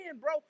bro